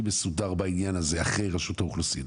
מסודר בעניין הזה אחרי רשות האוכלוסין,